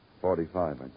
Forty-five